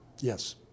Yes